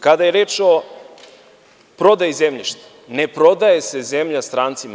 Kada je reč o prodaji zemljišta, ne prodaje se zemlja strancima.